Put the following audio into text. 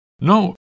No